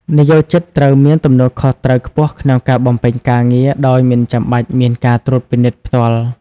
និយោជិតត្រូវមានទំនួលខុសត្រូវខ្ពស់ក្នុងការបំពេញការងារដោយមិនចាំបាច់មានការត្រួតពិនិត្យផ្ទាល់។